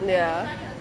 ya